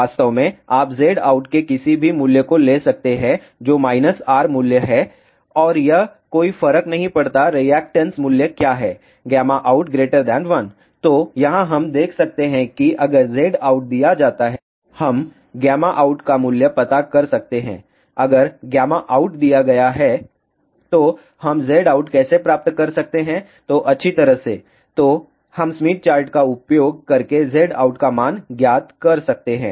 वास्तव में आप Zout के किसी भी मूल्य को ले सकते हैं जो R मूल्य है और यह कोई फर्क नहीं पड़ता रिएक्टैंस मूल्य क्या है out 1 तो यहाँ हम देख सकते हैं कि अगर Zout दिया जाता है हम out का मूल्य पता कर सकते हैं अगरout दिया गया है तो हम Zout कैसे प्राप्त कर सकते हैं अच्छी तरह से तो हम स्मिथ चार्ट का उपयोग करके Zout का मान ज्ञात कर सकते हैं